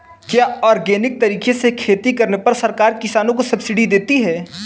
क्या ऑर्गेनिक तरीके से खेती करने पर सरकार किसानों को सब्सिडी देती है?